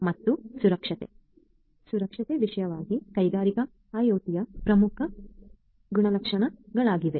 ಮತ್ತು ಸುರಕ್ಷತೆ ಸುರಕ್ಷತೆ ವಿಶೇಷವಾಗಿ ಕೈಗಾರಿಕಾ ಐಒಟಿಯ ಪ್ರಮುಖ ಗುಣಲಕ್ಷಣಗಳಾಗಿವೆ